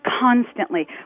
Constantly